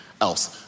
else